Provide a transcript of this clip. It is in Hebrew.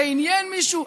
זה עניין מישהו?